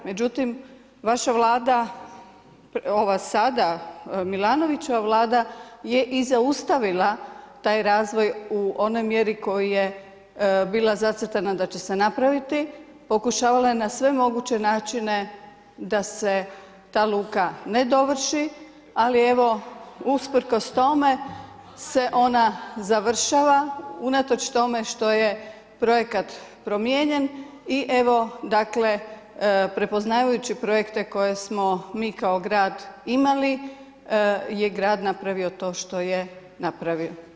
Međutim, vaša Vlada ova sada Milanovićeva Vlada je i zaustavila taj razvoj u onoj mjeri koji je bila zacrtana da će se napraviti, pokušavala je na sve moguće načine da se ta luka ne dovrši, ali evo usprkos tome se ona završava unatoč tome što je projekat promijenjen i evo dakle, prepoznavajući projekte koje smo mi kao grad imali je grad napravio to što je napravio.